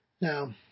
Now